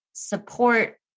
support